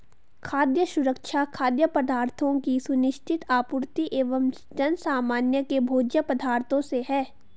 खाद्य सुरक्षा खाद्य पदार्थों की सुनिश्चित आपूर्ति एवं जनसामान्य के भोज्य पदार्थों से है